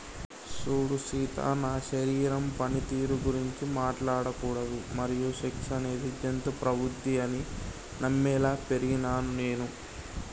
సూడు సీత నా శరీరం పనితీరు గురించి మాట్లాడకూడదు మరియు సెక్స్ అనేది జంతు ప్రవుద్ది అని నమ్మేలా పెరిగినాను నేను